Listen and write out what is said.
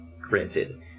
Granted